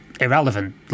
irrelevant